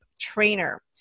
trainer